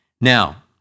Now